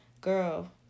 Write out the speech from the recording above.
Girl